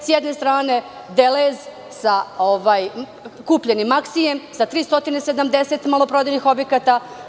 Sa jedne strane je „Delez“ sa kupljenim „Maksijem“ sa 370 maloprodajnih objekata.